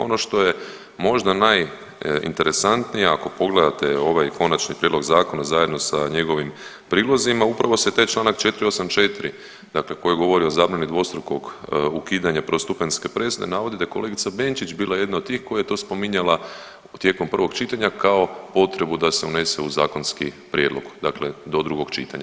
Ono što je možda najinteresantnije ako pogledate ovaj konačni prijedlog zakona zajedno sa njegovim prilozima upravo se taj članak 484., dakle koji govori o zabrani dvostrukog ukidanja prvostupanjske presude navodi da je kolegica Benčić bila jedna od tih koja je to spominjala tijekom prvog čitanja kao potrebu da se unese u zakonski prijedlog, dakle do drugog čitanja.